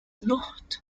not